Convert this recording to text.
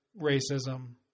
racism